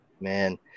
Man